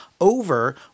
over